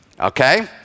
Okay